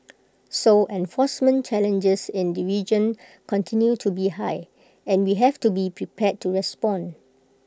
so enforcement challenges in the region continue to be high and we have to be prepared to respond